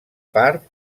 part